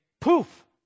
poof